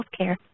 healthcare